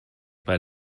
bei